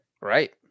Right